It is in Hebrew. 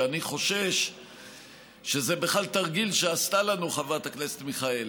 שאני חושש שזה בכלל תרגיל שעשתה לנו חברת הכנסת מיכאלי.